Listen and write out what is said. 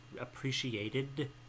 Appreciated